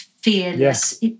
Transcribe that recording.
fearless